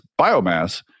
biomass